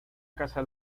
casa